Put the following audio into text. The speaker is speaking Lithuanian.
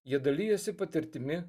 jie dalijasi patirtimi